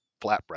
flatbread